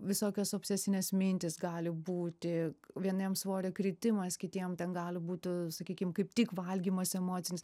visokios obsesinės mintys gali būti vieniem svorio kritimas kitiem ten gali būti sakykim kaip tik valgymas emocinis